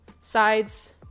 sides